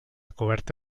coberta